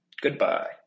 Goodbye